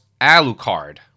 Alucard